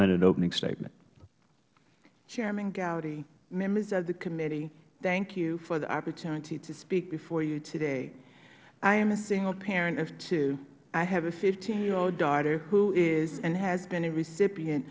minute opening statement ms jackson chairman gowdy members of the committee thank you for the opportunity to speak before you today i am a single parent of two i have a fifteen year old daughter who is and has been a recipient